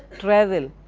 travel,